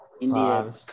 India